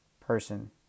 person